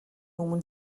өмнө